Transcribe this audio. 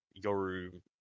yoru